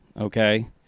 okay